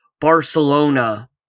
Barcelona